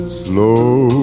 slow